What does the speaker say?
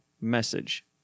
message